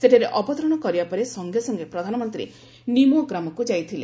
ସେଠାରେ ଅବତରଣ କରିବା ପରେ ସଙ୍ଗେ ସଙ୍ଗେ ପ୍ରଧାନମନ୍ତ୍ରୀ ନିମୋ ଗ୍ରାମକ୍ତ ଯାଇଥିଲେ